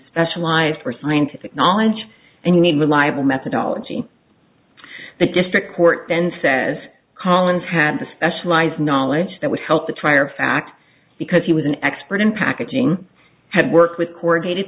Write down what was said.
specialized or scientific knowledge and you need reliable methodology the district court then says collins had the specialized knowledge that would help the trier of fact because he was an expert in packaging had worked with corrugated